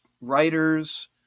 writers